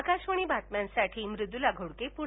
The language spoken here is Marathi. आकाशवाणी बातम्यांसाठी मृदुला घोडके पुणे